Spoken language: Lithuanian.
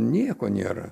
nieko nėra